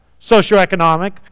socioeconomic